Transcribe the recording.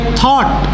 thought